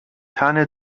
tanne